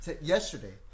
yesterday